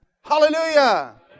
Hallelujah